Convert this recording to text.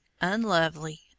unlovely